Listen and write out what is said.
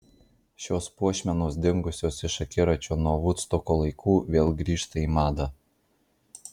šios puošmenos dingusios iš akiračio nuo vudstoko laikų vėl grįžta į madą